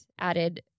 added